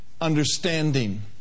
understanding